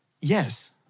Yes